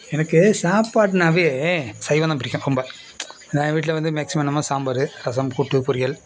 எனக்கு சாப்பாடுனாவே சைவம் தான் பிடிக்கும் ரொம்ப இந்த வீட்டில் வந்து மேக்ஸிமோம் என்னமோ சாம்பார் ரசம் கூட்டு பொரியல்